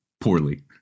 poorly